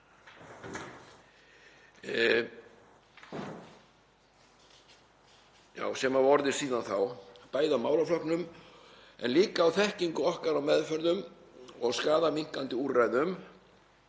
sem hafa orðið síðan þá, bæði á málaflokknum en líka á þekkingu okkar á meðferðum og skaðaminnkandi úrræðum.“